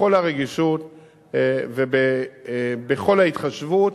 בכל הרגישות ובכל ההתחשבות,